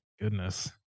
goodness